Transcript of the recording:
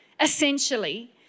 essentially